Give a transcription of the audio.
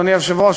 אדוני היושב-ראש,